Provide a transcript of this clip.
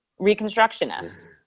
reconstructionist